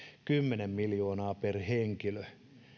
kymmenen miljoonaa per henkilö